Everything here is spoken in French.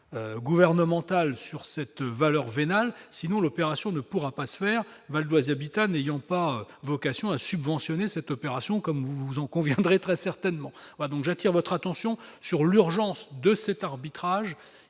gouvernemental sur cette valeur vénale, sinon l'opération ne pourra pas se faire Val-d'Oise habitat n'ayant pas vocation à subventionner cette opération comme vous vous en conviendrez, très certainement va donc j'attire votre attention sur l'urgence de cet arbitrage,